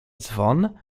dzwon